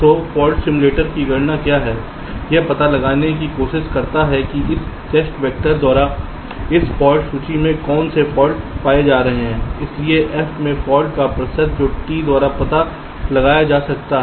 तो fault simulator की गणना क्या है यह पता लगाने की कोशिश करता है कि इस टेस्ट वेक्टरर्स द्वारा इस फाल्ट सूची से कौन से फाल्ट पाए जा रहे हैं इसलिएF में फॉल्ट्स का प्रतिशत जो T द्वारा पता लगाया जा सकता है